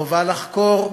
חובה לחקור,